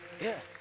yes